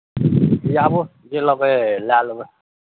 आबू जे लेबै लए लेबै